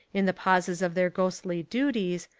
in the pauses of their ghostly duties,